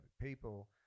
people